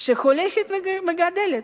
שהולכים וגדלים.